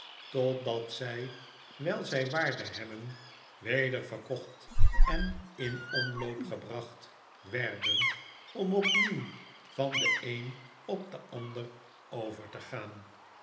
totdat zg wjjl zfl waarde hebben weder verkocht en in omloop gebracht werden om opnieuw van den een op den ander over te gaan